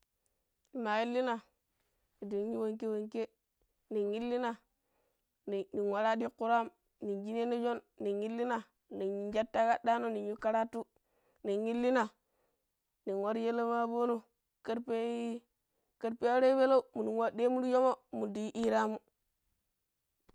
Ne ma illina ndi yu wanke-wanke, nen illina nen wara diāura am. Nen shineeno̱ shon, nen illina nen shadu takadda̱a̱no̱ nen yu karatu. Nen illina nen waro shele ma aboono̱ karfe i karfe aree peleu minu nwa ɗeemu ti sho̱mo̱ minun di yii hiramu.